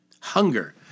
Hunger